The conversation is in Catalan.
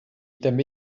també